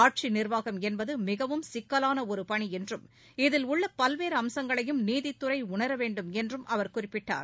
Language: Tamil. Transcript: ஆட்சி நிர்வாகம் என்பது மிகவும் சிக்கலான ஒரு பணி என்றும் இதில் உள்ள பல்வேறு அம்சங்களையும் நீதித்துறை உணர வேண்டும் என்றும் அவர் குறிப்பிட்டார்